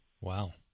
wow